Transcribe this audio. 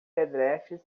pedestres